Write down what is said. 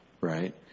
Right